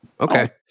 okay